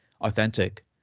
authentic